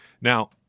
Now